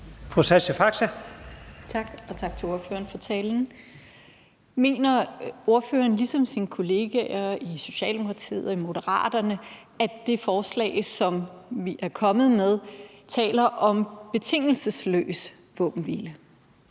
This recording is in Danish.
Sascha Faxe (ALT): Tak, og tak til ordføreren for talen. Mener ordføreren ligesom sine kollegaer i Socialdemokratiet og Moderaterne, at det forslag, som vi er kommet med, taler om en betingelsesløs våbenhvile?